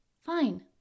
Fine